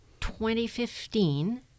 2015